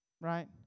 Right